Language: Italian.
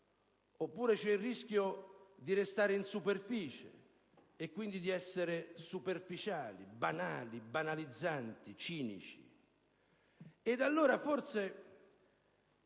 oppure di restare in superficie e quindi di essere superficiali, banali, banalizzanti, cinici. Ed allora, forse